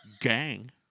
Gang